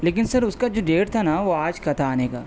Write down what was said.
لیکن سر اس کا جو ڈیٹ تھا نا وہ آج کا تھا آنے کا